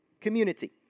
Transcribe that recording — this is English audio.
community